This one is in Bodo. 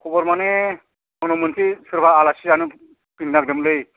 खबर माने आंनियाव मोनसे सोरबा आलासि जानो फैनो नागिरदोंमोनलै